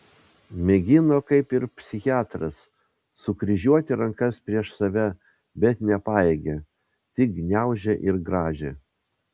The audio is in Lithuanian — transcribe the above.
mėgino kaip ir psichiatras sukryžiuoti rankas prieš save bet nepajėgė tik gniaužė ir grąžė